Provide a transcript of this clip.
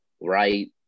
right